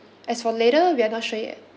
as for later we are not sure yet